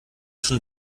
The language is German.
schon